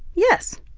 yes!